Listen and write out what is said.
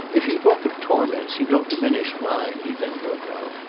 if you talk of torments you don't diminish mine! he then broke out.